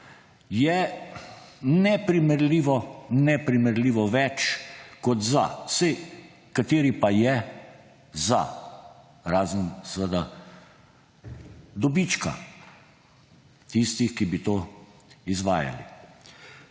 je neprimerljivo več kot za. Saj, kateri pa je za, razen seveda dobička tistih, ki bi to izvajali.